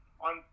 on